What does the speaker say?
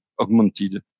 augmented